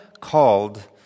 called